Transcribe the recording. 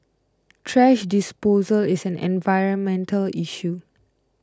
thrash disposal is an environmental issue